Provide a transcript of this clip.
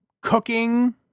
cooking